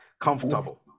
comfortable